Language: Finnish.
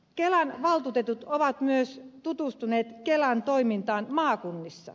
kelan valtuutetut ovat myös tutustuneet kelan toimintaan maakunnissa